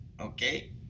Okay